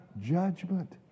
judgment